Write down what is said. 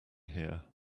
here